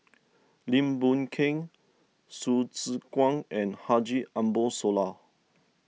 Lim Boon Keng Hsu Tse Kwang and Haji Ambo Sooloh